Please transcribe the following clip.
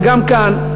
אבל גם כאן,